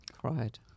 Cried